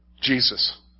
Jesus